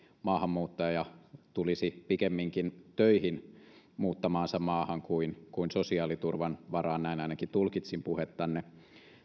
maahanmuuttaja tulisi pikemminkin töihin muuttamaansa maahan kuin kuin sosiaaliturvan varaan näin ainakin tulkitsin puhettanne